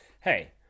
hey